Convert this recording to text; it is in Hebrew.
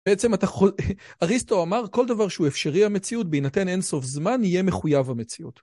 בעצם אתה חו... אריסטו אמר כל דבר שהוא אפשרי המציאות בהינתן אינסוף זמן יהיה מחויב המציאות.